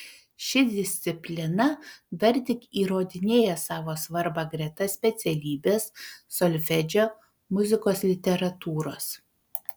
ši disciplina dar tik įrodinėja savo svarbą greta specialybės solfedžio muzikos literatūros